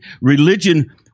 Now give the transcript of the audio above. religion